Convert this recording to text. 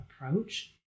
approach